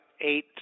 eight